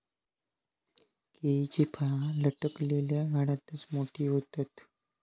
केळीची फळा लटकलल्या घडातच मोठी होतत